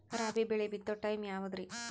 ರಾಬಿ ಬೆಳಿ ಬಿತ್ತೋ ಟೈಮ್ ಯಾವದ್ರಿ?